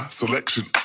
selection